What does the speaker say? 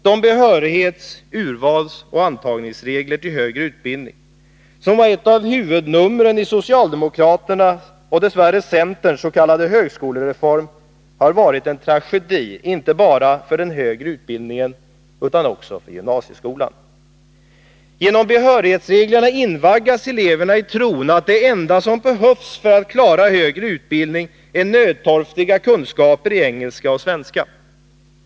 De behörighets-, urvalsoch antagningsregler till högre utbildning som var ett av huvudnumren i socialdemokraternas och dess värre centerns s.k. högskolereform har varit en tragedi, inte bara för den högre utbildningen utan också för gymnasieskolan. Genom behörighetsreglerna invaggas eleverna i tron att det enda som behövs för att klara högre utbildning är nödtorftiga kunskaper i engelska och svenska.